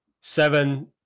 seven